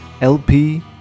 LP